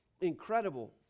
incredible